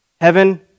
Heaven